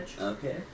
Okay